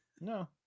No